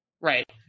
Right